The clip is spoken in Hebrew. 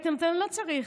ואמרתי: לא צריך,